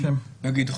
נגיד,